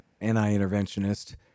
anti-interventionist